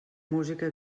música